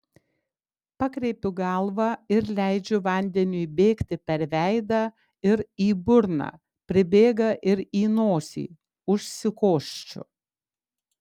pakreipiu galvą ir leidžiu vandeniui bėgti per veidą ir į burną pribėga ir į nosį užsikosčiu